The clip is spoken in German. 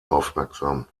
aufmerksam